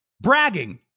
bragging